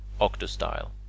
octostyle